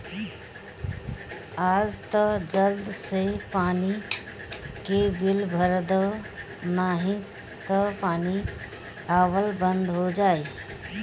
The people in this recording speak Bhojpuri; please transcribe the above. आज तअ जल्दी से पानी के बिल भर दअ नाही तअ पानी आवल बंद हो जाई